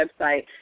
website